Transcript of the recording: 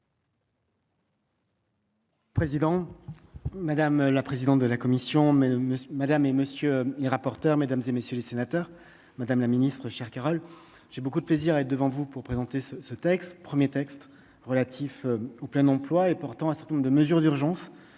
président, madame la présidente de la commission mais madame et monsieur les rapporteurs, mesdames et messieurs les sénateurs, Madame la Ministre, chère Carole j'ai beaucoup de plaisir et devant vous pour présenter ce ce texte premiers textes relatifs au plein emploi et pourtant un certain nombre de mesures d'urgence